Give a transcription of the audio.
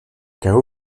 cao